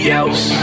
else